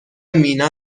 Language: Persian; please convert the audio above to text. مینا